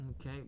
Okay